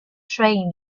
train